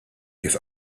kif